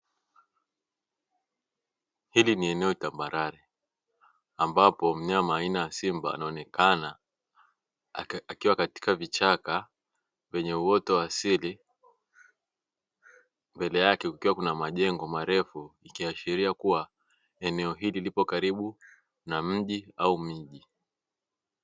Hili ni eneo tambarare ambapo mnyama aina ya simba anaonekana akiwa katika vichaka nyenye uwoto wa asili, mbele yake kukiwa kuna majengo marefu ikiashiria kuwa eneo hili lipo karibu na mji au miji.